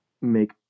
make